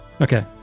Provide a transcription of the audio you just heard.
Okay